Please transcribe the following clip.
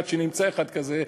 עד שנמצא אחד כזה,